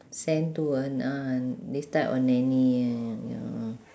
send to uh ah this type of nanny eh ya